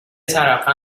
ترقه